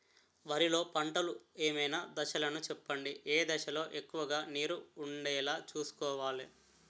వరిలో పంటలు ఏమైన దశ లను చెప్పండి? ఏ దశ లొ ఎక్కువుగా నీరు వుండేలా చుస్కోవలి?